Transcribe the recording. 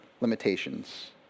limitations